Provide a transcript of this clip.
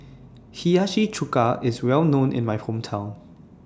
Hiyashi Chuka IS Well known in My Hometown